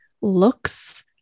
looks